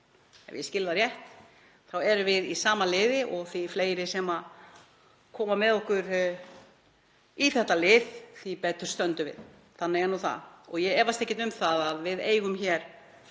Ef ég skil það rétt þá erum við í sama liði og því fleiri sem koma með okkur í þetta lið því betur stöndum við. Þannig er nú það. Ég efast ekkert um það að við erum hér